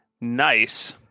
Nice